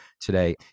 today